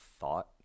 thought